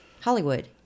Hollywood